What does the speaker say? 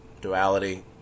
Duality